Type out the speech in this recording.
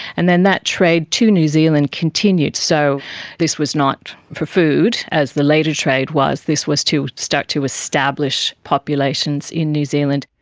and then that trade to new zealand continued. so this was not for food as the later trade was, this was to start to establish populations in new zealand.